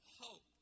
hope